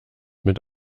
mit